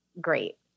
great